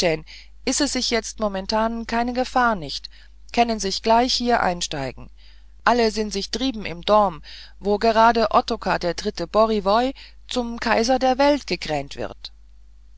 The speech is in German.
ise sich jetzt momentan keine gefahr nicht kännen sich gleich hier einsteigen alle sin sich drieben im dom wo grad ottokar iii borivoj zum kaiser der welt gekränt wird